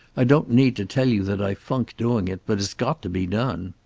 i don't need to tell you that i funk doing it, but it's got to be done.